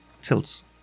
tilts